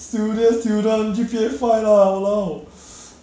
studious student G_P_A five lah !walao!